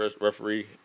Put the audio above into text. referee